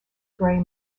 grey